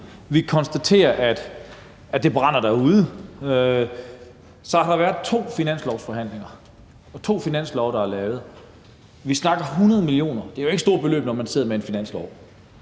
kan konstatere, at det brænder derude. Der har været to finanslovsforhandlinger og lavet to finanslove. Vi snakker om 100 mio. kr., og det er jo ikke et stort beløb, når man sidder med en finanslov.